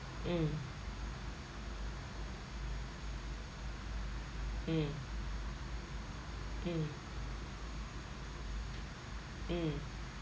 mm mm mm mm